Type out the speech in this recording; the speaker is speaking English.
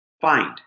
Find